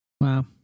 Wow